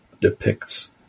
depicts